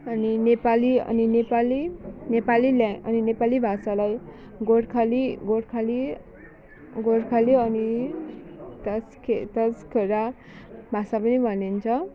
अनि नेपाली अनि नेपाली नेपाली ल्या अनि नेपाली भाषालाई गोर्खाली गोर्खाली गोर्खाली अनि तसखे तसखेरा भाषा पनि भनिन्छ